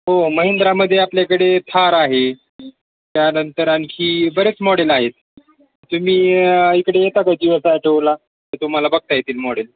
हो महिंद्रामध्ये आपल्याकडे थार आहे त्यानंतर आणखी बरेच मॉडेल आहेत तुम्ही य इकडे येता का जी यस आटोला तर तुम्हाला बघता येतील मॉडेल